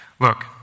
Look